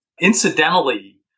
incidentally